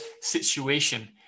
situation